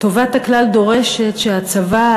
טובת הכלל דורשת שהצבא,